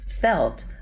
felt